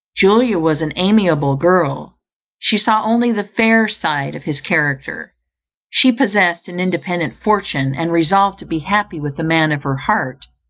julia was an amiable girl she saw only the fair side of his character she possessed an independent fortune, and resolved to be happy with the man of her heart,